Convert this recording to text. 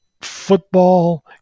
Football